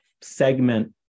segment